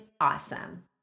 awesome